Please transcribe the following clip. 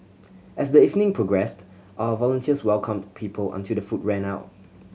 as the evening progressed our volunteers welcomed people until the food ran out